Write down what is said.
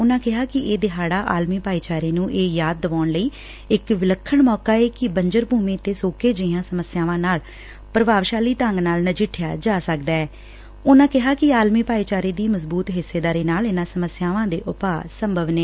ਉਨੂਾ ਕਿਹਾ ਕਿ ਇਹ ਦਿਹਾੜਾ ਆਲਮੀ ਭਾਈਚਾਰੇ ਨੂੰ ਇਹ ਯਾਦ ਦਿਵਾਉਣ ਲਈ ਇਕ ਵਿਲੱਖਣ ਮੌਕਾ ਏ ਕਿ ਬੰਜਰ ਭੁਮੀ ਤੇ ਸੋਕੇ ਜਿਹੀਆਂ ਸਮੱਸਿਆਵਾਂ ਨਾਲ ਪ੍ਰਭਾਵਸ਼ਾਲੀ ਢੰਗ ਨਾਲ ਨਜਿੱਠਿਆ ਜਾ ਸਕਦੈ ਉਨਾਂ ਕਿਹਾ ਕਿ ਆਲਮੀ ਭਾਈਚਾਰੇ ਦੀ ਮਜ਼ਬੁਤ ਹਿੱਸੇਦਾਰੀ ਨਾਲ ਇਨ੍ਹਾਂ ਸਮਸਿਆਂ ਦੇ ਉਪਾਅ ਸੰਭਵ ਨੇ